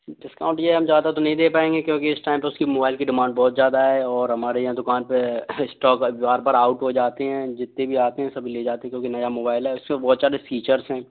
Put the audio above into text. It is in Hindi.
डिस्काउंट यह है हम ज़्यादा तो नहीं दे पाएँगे क्योंकि इस टाइम तो उस मोबाइल की डिमांड बहुत ज़्यादा है और हमारे यहाँ दुकान पर स्टॉक बार बार आउट हो जाते हैं जितने भी आते हैं सब ले जाते हैं क्योंकि नया मोबाइल है उसमें बहुत सारे फ़ीचर्स हैं